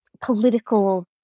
political